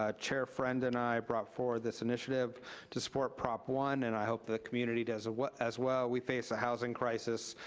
ah chair friend and i brought forward this initiative to support prop one, and i hope the community does as well. we face a housing crisis,